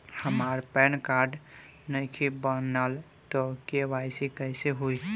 हमार pan card नईखे बनल त के.वाइ.सी कइसे होई?